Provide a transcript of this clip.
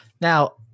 Now